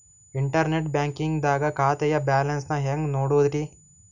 Internet banking ದಾಗ ಖಾತೆಯ balance ನ ಹೆಂಗ್ ನೋಡುದ್ರಿ?